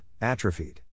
atrophied